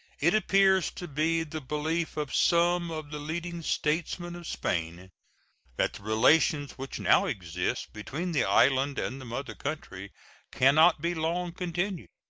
it appears to be the belief of some of the leading statesmen of spain that the relations which now exist between the island and the mother country can not be long continued.